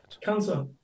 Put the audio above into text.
cancer